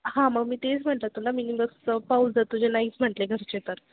हां मग मी तेच म्हटलं तुला मिनि बस पाहू जर तुझे नाहीच म्हटले घरचे तर